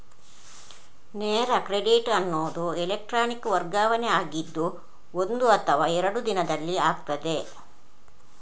ನೇರ ಕ್ರೆಡಿಟ್ ಅನ್ನುದು ಎಲೆಕ್ಟ್ರಾನಿಕ್ ವರ್ಗಾವಣೆ ಆಗಿದ್ದು ಒಂದು ಅಥವಾ ಎರಡು ದಿನದಲ್ಲಿ ಆಗ್ತದೆ